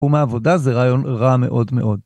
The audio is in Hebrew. ומעבודה זה רעיון רע מאוד מאוד.